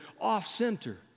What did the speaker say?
off-center